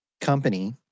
company